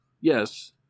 Yes